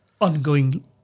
ongoing